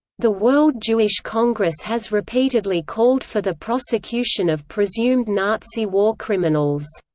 the world jewish congress has repeatedly called for the prosecution of presumed nazi war criminals.